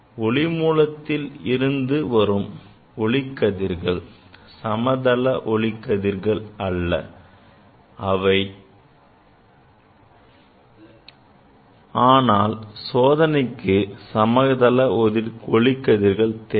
ஒளி மூலத்தில் இருந்து வரும் ஒளிக்கதிர்கள் சமதள கதிர்கள் அல்ல ஆனால் சோதனைக்கு சமதள கதிர்கள் தேவை